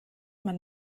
man